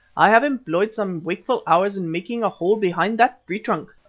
i have employed some wakeful hours in making a hole behind that tree-trunk,